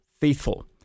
faithful